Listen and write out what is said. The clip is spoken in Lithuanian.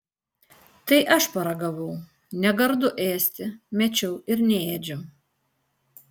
tai aš paragavau negardu ėsti mečiau ir neėdžiau